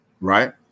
right